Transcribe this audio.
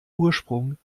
ursprung